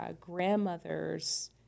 grandmother's